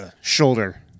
shoulder